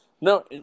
no